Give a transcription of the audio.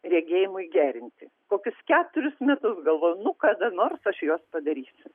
regėjimui gerinti kokius keturis metus galvoju nu kada nors aš juos padarysiu